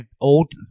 Old